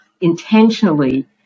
intentionally